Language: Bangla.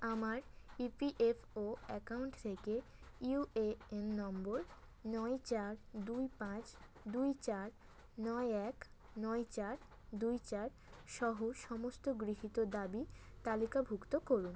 আমার ইপিএফও অ্যাকাউন্ট থেকে ইউএএন নম্বর নয় চার দুই পাঁচ দুই চার নয় এক নয় চার দুই চার সহ সমস্ত গৃহীত দাবি তালিকাভুক্ত করুন